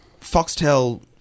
Foxtel